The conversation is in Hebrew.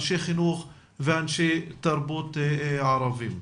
אנשי חינוך ואנשי תרבות ערבים.